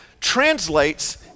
translates